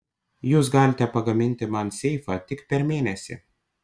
jūs galite pagaminti man seifą tik per mėnesį